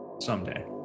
someday